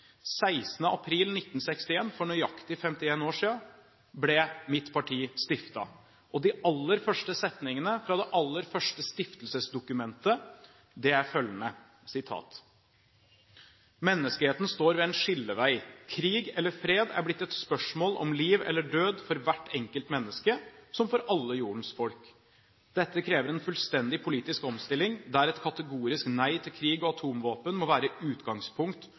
april 1961, for nøyaktig 51 år siden, ble mitt parti stiftet. De aller første setningene fra det aller første stiftelsesdokumentet er følgende: «Menneskeheten står ved en skillevei. Krig eller fred er blitt et spørsmål om liv eller død for hvert enkelt menneske som for alle jordens folk. Dette krever en fullstendig politisk omstilling der et kategorisk nei til krig og atomvåpen må være utgangspunkt